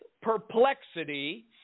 perplexity